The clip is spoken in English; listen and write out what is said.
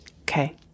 Okay